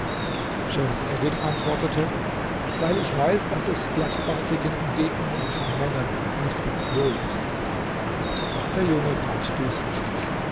schems eddin antwortete weil ich weiß daß es glattbartigen in gegenwart von männern nicht ganz wohl ist der junge fand dies richtig